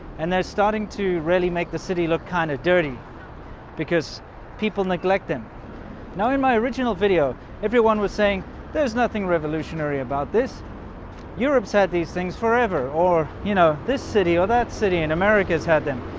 and they're starting to really make the city look kind of dirty because people neglect them now in my original video everyone was saying there's nothing revolutionary about this europe said these things forever or you know this city or that city in america has had them.